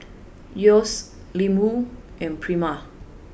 Yeo's Ling Wu and Prima